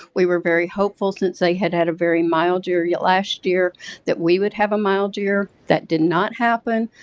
we were very hopeful since they had had a very mild year yeah last year that we would have a mild year that did not happen.